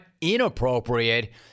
inappropriate